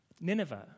Nineveh